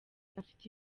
afite